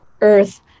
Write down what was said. earth